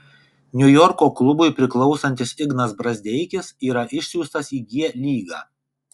niujorko klubui priklausantis ignas brazdeikis yra išsiųstas į g lygą